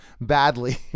badly